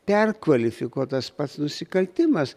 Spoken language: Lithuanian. perkvalifikuotas pats nusikaltimas